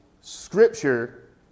Scripture